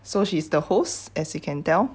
so she's the host as you can tell